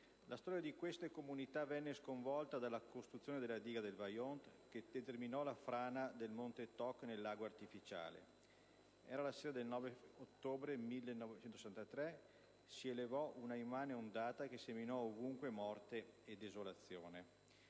La storia di queste comunità venne sconvolta dalla costruzione della diga del Vajont, che determinò la frana del monte Toc nel lago artificiale. La sera del 9 ottobre 1963 si elevò un immane ondata, che seminò ovunque morte e desolazione.